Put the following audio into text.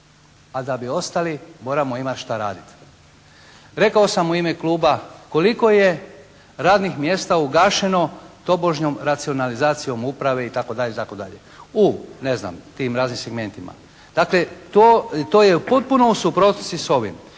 A da bi ostali moramo imati šta raditi. Rekao sam u ime kluba koliko je radnih mjesta ugašeno tobožnjom racionalizacijom uprave itd., u tim ne znam, raznim segmentima. Dakle, to je u potpunoj suprotnosti sa ovim.